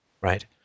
Right